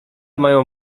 mają